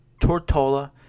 Tortola